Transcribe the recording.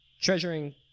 Treasuring